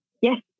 yes